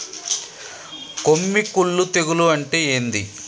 కొమ్మి కుల్లు తెగులు అంటే ఏంది?